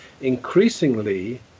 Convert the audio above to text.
increasingly